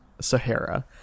Sahara